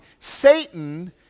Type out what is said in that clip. Satan